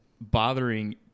bothering